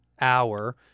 hour